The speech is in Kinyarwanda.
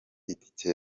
itike